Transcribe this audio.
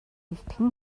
эртхэн